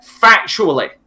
factually